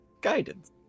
Guidance